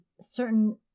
certain